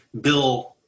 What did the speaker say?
Bill